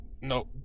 no